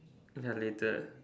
ya later